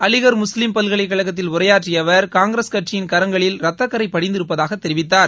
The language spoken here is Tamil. அலிகள் முஸ்லீம் பல்கலைக்கழகத்தில் உரையாற்றிய அவர் காங்கிரஸ் கட்சியின் கரங்களில் ரத்தக்கரை படிந்திருப்பதாகத் தெரிவித்தார்